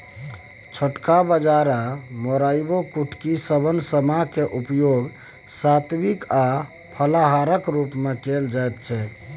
छोटका बाजरा मोराइयो कुटकी शवन समा क उपयोग सात्विक आ फलाहारक रूप मे कैल जाइत छै